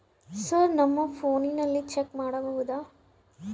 Sir ನಮ್ಮ ಫೋನಿನಲ್ಲಿ check ಮಾಡಬಹುದಾ?